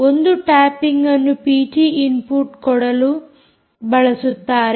ಒಂದು ಟ್ಯಾಪಿಂಗ್ಅನ್ನು ಪಿಟಿ ಇನ್ಪುಟ್ಅನ್ನು ಕೊಡಲು ಬಳಸುತ್ತಾರೆ